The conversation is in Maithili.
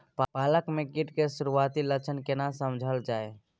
पालक में कीट के सुरआती लक्षण केना समझल जाय?